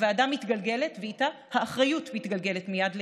הוועדה מתגלגלת ואיתה האחריות מתגלגלת מיד ליד,